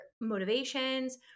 motivations